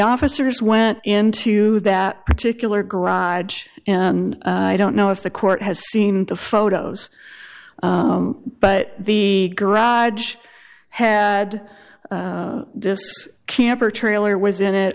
officers went in to that particular garage and i don't know if the court has seen the photos but the garage had this camper trailer was in it